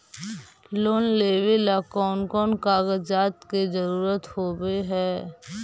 Loan लेबे ला कौन कौन कागजात के जरुरत होबे है?